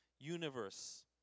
universe